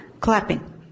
clapping